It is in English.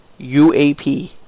UAP